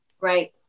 Right